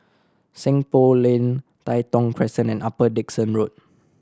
Seng Poh Lane Tai Thong Crescent and Upper Dickson Road